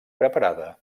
preparada